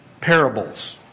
parables